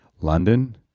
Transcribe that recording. London